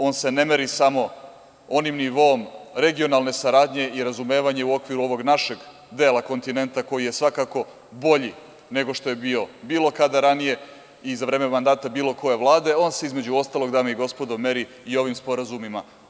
On se ne meri samo onim nivoom regionalne saradnje i razumevanja u okviru ovog našeg dela kontinenta, koji je svakako bolji nego što je bio bilo kada ranije i za vreme mandata bilo koje vlade, on se između ostalog, dame i gospodo, meri i ovim sporazumima.